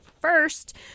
first